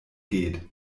geht